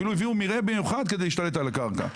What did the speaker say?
אפילו הביאו במיוחד מרעה כדי להשתלט על הקרקע.